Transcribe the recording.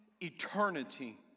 eternity